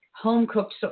home-cooked